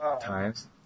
times